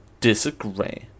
disagree